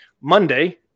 Monday